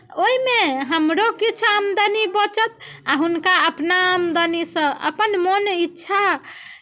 ओहिमे हमरो किछु आमदनी बचत आ हुनका अपना आमदनीसँ अपन मोन इच्छा